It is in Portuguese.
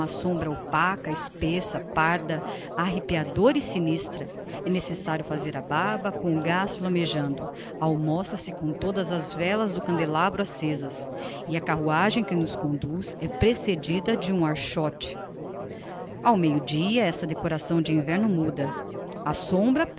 sombra opaca espessa parda arripiadora e sinistra é necessario fazer a barba com o gaz flammejando almoça-se com todas as velas do candelabro accesas e a carruagem que nos conduz é precedida de um archote ao meio dia esta decoração de inverno muda a sombra